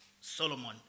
Solomon